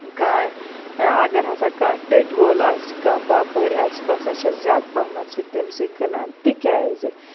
اگر ہَسا کانٛہہ ٹیٚٹ وول آسہِ کانٛہہ باپٲر آسہِ بہٕ ہَسا چھَس زیادٕ پَہمَتھ سُہ تمسٕے کٕنان تکیازِ